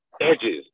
edges